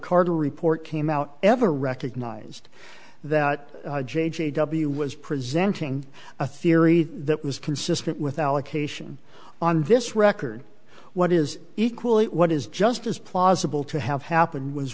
kargil report came out ever recognized that j j w was presenting a theory that was consistent with allocation on this record what is equally what is just as plausible to have happened was